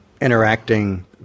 interacting